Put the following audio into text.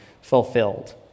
fulfilled